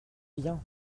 bien